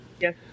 Yes